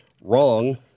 wrong